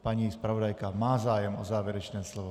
Paní zpravodajka má zájem o závěrečné slovo.